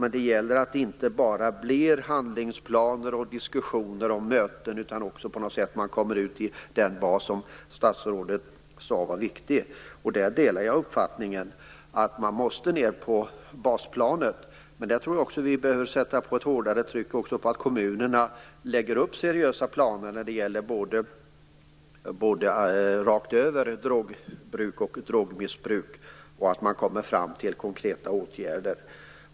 Men det gäller att det inte bara blir handlingsplaner och diskussioner om möten, utan att komma vidare till den bas som statsrådet sade är viktig. Jag delar uppfattningen att vi måste komma ned på basplanet. Men jag tror vi måste sätta ett hårdare tryck på kommunerna att lägga upp seriösa planer i fråga om drogbruk och drogmissbruk och att komma fram till förslag till konkreta åtgärder.